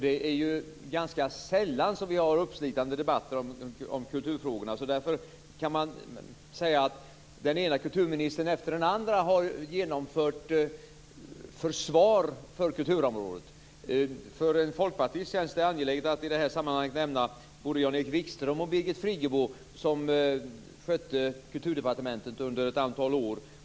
Det är sällan som vi har uppslitande debatter om kulturfrågorna. Den ena kulturministern efter den andra har genomfört försvar för kulturområdet. För en folkpartist känns det angeläget att i det här sammanhanget nämna både Jan-Erik Wickström och Birgit Friggebo, som skötte Kulturdepartementet under ett antal år.